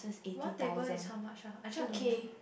one table is how much ah actually I don't know